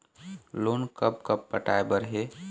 Loan कब कब पटाए बर हे?